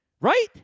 Right